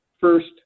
first